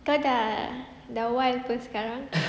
kau dah dah wild [pe] sekarang